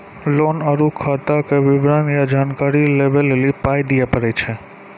Loan आर खाताक विवरण या जानकारी लेबाक लेल पाय दिये पड़ै छै?